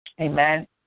Amen